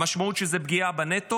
המשמעות של זה היא פגיעה בנטו.